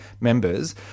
members